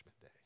Day